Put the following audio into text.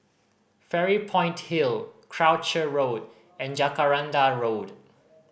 Fairy Point Hill Croucher Road and Jacaranda Road